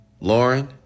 Lauren